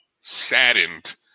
saddened